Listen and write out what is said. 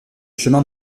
chemin